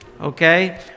okay